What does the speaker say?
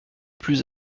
plus